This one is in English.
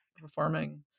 performing